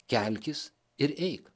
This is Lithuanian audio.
kelkis ir eik